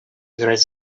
играть